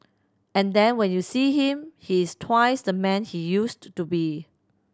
and then when you see him he is twice the man he used to be